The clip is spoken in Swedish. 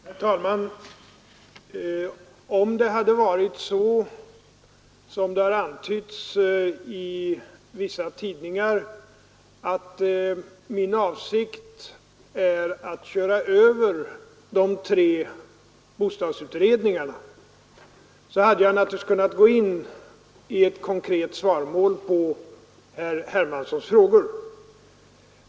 Herr talman! Om det hade varit så — som det har antytts i vissa tidningar — att min avsikt är att köra över de tre bostadsutredningarna, hade jag naturligtvis kunnat gå in i ett konkret svaromål på herr Hermanssons frågor.